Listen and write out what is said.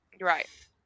right